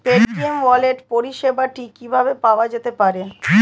Paytm e wallet পরিষেবাটি কিভাবে পাওয়া যেতে পারে?